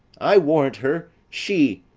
i warrant her, she.